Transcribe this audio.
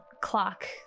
clock